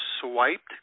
swiped